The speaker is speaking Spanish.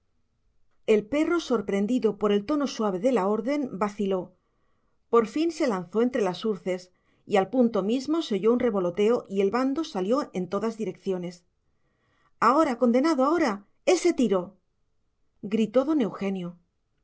el perro sorprendido por el tono suave de la orden vaciló por fin se lanzó entre las urces y al punto mismo se oyó un revoloteo y el bando salió en todas direcciones ahora condenado ahora ese tiro gritó don eugenio